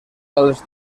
els